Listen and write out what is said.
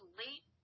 late